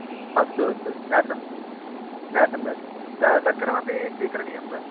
अस्तु अस्तु ज्ञातं ज्ञातं ज्ञातं तक्रमपि स्वीकरणीयं वा